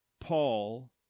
Paul